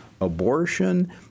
abortion